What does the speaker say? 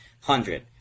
hundred